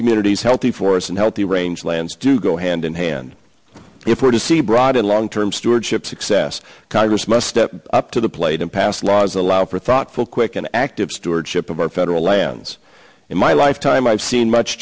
communities healthy for us and healthy range lands do go hand in hand if we're to see broad and long term stewardship success congress must step up to the plate and pass laws allow for thoughtful quick and active stewardship of our federal lands in my lifetime i've seen much